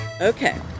Okay